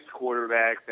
quarterbacks